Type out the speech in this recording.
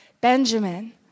Benjamin